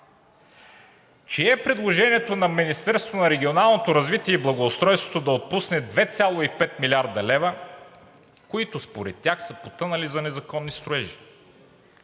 Чие е предложението на Министерството на регионалното развитие и благоустройството да отпусне 2,5 млрд. лв., които според тях са потънали за незаконни строежи?